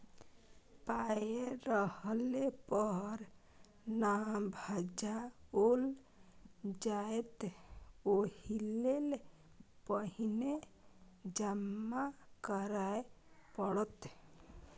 पाय रहले पर न भंजाओल जाएत ओहिलेल पहिने जमा करय पड़त